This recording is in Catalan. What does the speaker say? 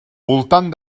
voltant